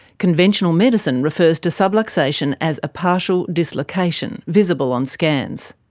conventional medicine refers to subluxation as a partial dislocation, visible on scans.